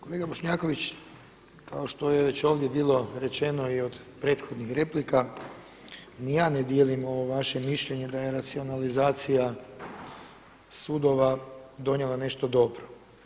Kolega Bošnjaković, kao što je ovdje već bilo rečeno i od prethodnih replika ni ja ne dijelim ovo vaše mišljenje da je racionalizacija sudova donijela nešto dobro.